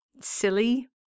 silly